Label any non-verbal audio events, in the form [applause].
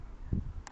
[noise]